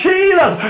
Jesus